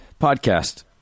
podcast